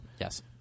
Yes